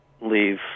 leave